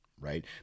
right